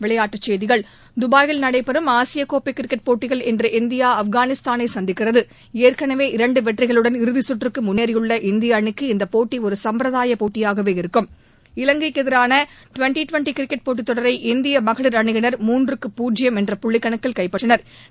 விளையாட்டுச் செய்திகள் துபாயில் நடைபெறும் ஆசிய கோப்பை கிரிக்கெட் போட்டியில் இன்று இஇந்தியா ஆப்கானிஸ்தானை சந்திக்கிறது ஏற்கனவே இரண்டு வெற்றிகளுடன் இறதிச்சுற்றுக்கு முன்னேறியுள்ள இந்திய அணிக்கு இந்தப் போட்டி ஒரு சம்பிரதாய போட்டியாகவே இருக்கும் இலங்கைக்கு எதிரான வெண்ட்டி டுவெண்ட்டி கிரிக்கெட் போட்டித்தொடரை இந்திய மகளிர் அணியினா் மூன்றுக்கு பூஜ்யம் என்ற புள்ளிக்கணக்கில் கைப்பற்றினா்